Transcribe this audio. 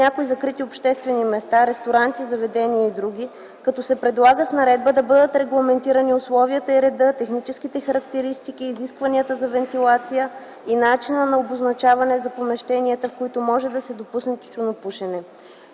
някои закрити обществени места – ресторанти, заведения и други, като се предлага с наредба да бъдат регламентирани условията и редът, техническите характеристики, изискванията за вентилация и начинът за обозначаване на помещенията, в които може да се допусне тютюнопушене.